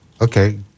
Okay